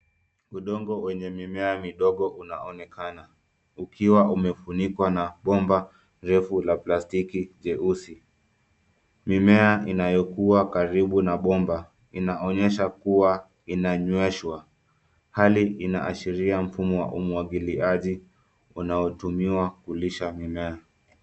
Udongo wenye mimea midogo unaonekana ukiwa umefunikwa na bomba refu la plastiki jeusi. Mimea inayokua karibu na bomba inaonyesha kuwa inanyweshwa. Hali inaashiria mfumo wa umwangiliaji unaotumiwa kulisha mimea.